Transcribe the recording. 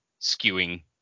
skewing